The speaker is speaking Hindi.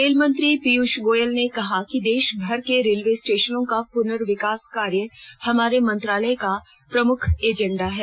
रेल मंत्री पीयूष गोयल ने कहा कि देश भर के रेलवे स्टेशनों का पुनर्विकास कार्य हमारे मंत्रालय के प्रमुख एजेंडे में हैं